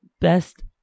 best